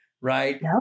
right